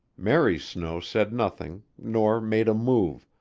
mary snow said nothing, nor made a move,